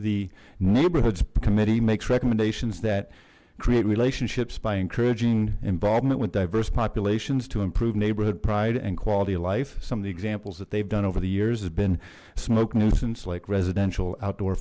the neighborhoods committee makes recommendations that create relationships by encouraging involvement with diverse populations to improve neighborhood pride and quality of life some of the examples that they've done over the years have been smoke nuisance like residential outdoor